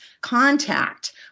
contact